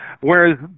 whereas